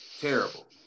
Terrible